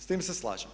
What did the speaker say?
S tim se slažem.